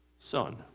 son